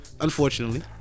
unfortunately